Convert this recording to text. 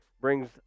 brings